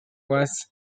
was